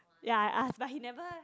ya I asked like he never